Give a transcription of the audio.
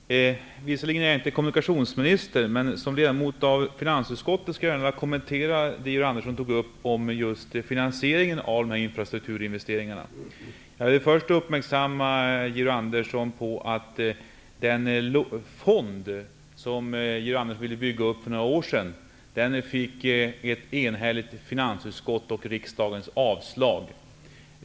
Herr talman! Visserligen är jag inte kommunikationsminister, men som ledamot av finansutskottet skulle jag gärna vilja kommentera det Georg Andersson tog upp om finansieringen av infrastrukturinvesteringarna. Jag vill först uppmärksamma Georg Andersson på att den fond som Georg Andersson ville bygga upp för några år sedan avstyrktes av ett enigt finansutskott och avslogs av riksdagen.